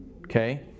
Okay